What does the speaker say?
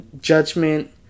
Judgment